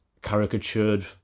caricatured